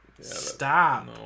Stop